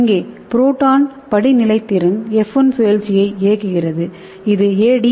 இங்கே புரோட்டான் படிநிலைத்திறன் F1 சுழற்சியை இயக்குகிறது இது ADP இலிருந்து ATP இன் தொகுப்புடன் சேர்ந்துள்ளது